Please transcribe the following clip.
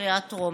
לקריאה טרומית.